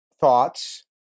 thoughts